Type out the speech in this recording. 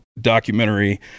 documentary